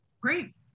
Great